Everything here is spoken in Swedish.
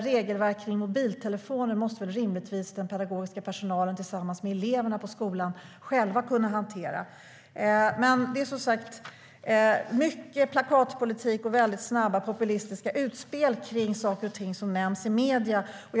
Regelverk kring mobiltelefoner måste rimligtvis den pedagogiska personalen tillsammans med eleverna på skolan själva kunna hantera. Det är mycket plakatpolitik och snabba, populistiska utspel kring saker och ting som nämns i medierna.